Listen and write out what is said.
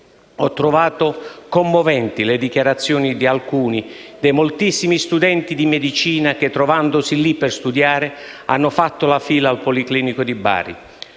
Ho trovato commoventi le dichiarazioni di alcuni dei moltissimi studenti di medicina che, trovandosi lì per studiare, hanno fatto la fila al Policlinico di Bari.